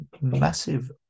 massive